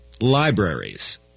libraries